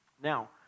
Now